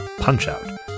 Punch-Out